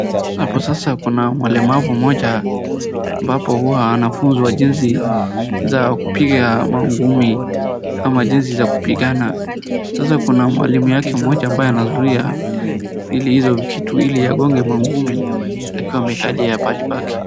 Hapo sasa kuna malemavu mmoja ambapo huwa anafunzwa jinsi za kupiga mangumi ama jinsi zakupigana .Sasa kuna mwalimu wake ambaye anazuia ili hizo vitu angonge mangumi akiwa amekalia pahali pake.